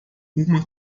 uma